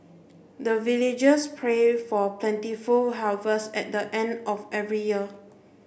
the villagers pray for plentiful harvest at the end of every year